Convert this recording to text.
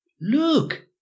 Look